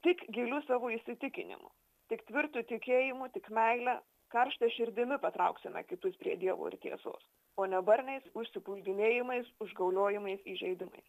tik giliu savo įsitikinimų tik tvirtu tikėjimu tik meile karšta širdimi patrauksime kitus prie dievo ir tiesos o ne barniais užsipuldinėjimais užgauliojimais įžeidimais